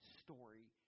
story